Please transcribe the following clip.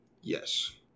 Yes